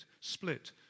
split